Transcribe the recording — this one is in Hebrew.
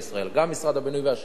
גם משרד הבינוי והשיכון,